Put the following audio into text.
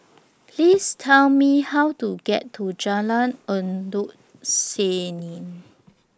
Please Tell Me How to get to Jalan Endut Senin